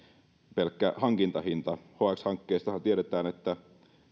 pelkkä hankintahinta hx hankkeestahan tiedetään että